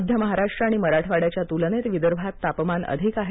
मध्य महाराष्ट्र आणि मराठवाड्याच्या तुलनेत विदर्भात तापमान अधिक आहे